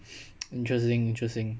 interesting interesting